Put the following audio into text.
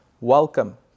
welcome